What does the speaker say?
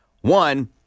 One